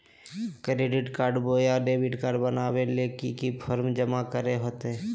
Credit card बोया debit card बनाने ले की की फॉर्म जमा करे होते?